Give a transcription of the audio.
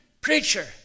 preacher